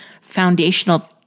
foundational